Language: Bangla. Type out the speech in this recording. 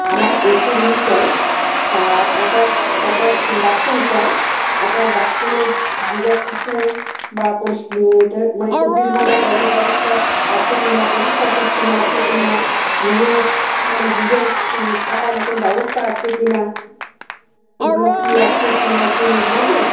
আমার এসি রুম চাই আর অ্যাটাচড অ্যাটাচড বাথরুম চাই আপনার বাথরুমে গিজার সিস্টেম বা মানে চব্বিশ ঘন্টা জলের ব্যবস্থা আছে কিনা পরিষ্কার পরিচ্ছন্ন আছে কিনা রুমে মানে দুজন থাকার মতো ব্যবস্থা আছে কিনা এগুলো কি আছে কি নেই একটু বলবেন